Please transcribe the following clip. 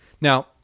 Now